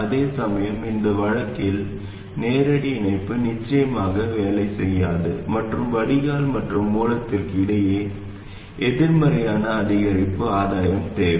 அதேசமயம் இந்த வழக்கில் நேரடி இணைப்பு நிச்சயமாக வேலை செய்யாது மற்றும் வடிகால் மற்றும் மூலத்திற்கு இடையே எதிர்மறையான அதிகரிப்பு ஆதாயம் தேவை